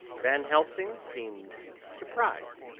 van helsing seemed surprised,